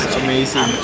amazing